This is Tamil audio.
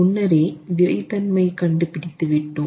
முன்னரே விறைத்தன்மை கண்டு பிடித்து விட்டோம்